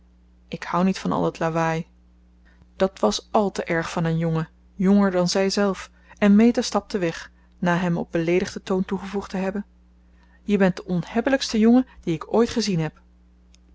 ik hou niet van al dat lawaai dat was àl te erg van een jongen jonger dan zij zelf en meta stapte weg na hem op beleedigden toon toegevoegd te hebben je bent de onhebbelijkste jongen dien ik ooit gezien heb